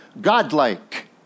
godlike